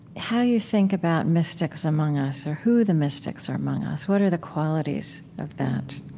how you think about mystics among us, or who the mystics are among us. what are the qualities of that?